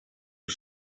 who